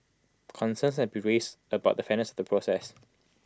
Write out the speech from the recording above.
concerns have been raised about the fairness the process